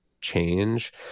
change